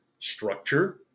structure